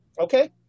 okay